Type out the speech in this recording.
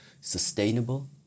sustainable